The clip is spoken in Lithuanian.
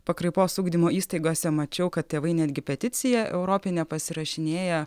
pakraipos ugdymo įstaigose mačiau kad tėvai netgi peticiją europinę pasirašinėja